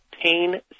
pain